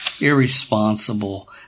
irresponsible